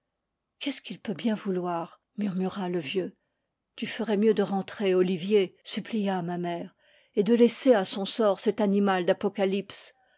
qu'est-ce qu'il peut bien vouloir murmura le vieux tu ferais mieux de rentrer olivier supplia ma mère et de laisser à son sort cet animal